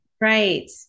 Right